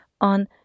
on